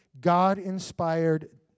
God-inspired